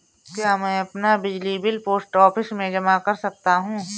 क्या मैं अपना बिजली बिल पोस्ट ऑफिस में जमा कर सकता हूँ?